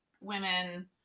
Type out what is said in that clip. women